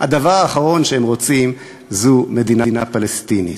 הדבר האחרון שהם רוצים זו מדינה פלסטינית.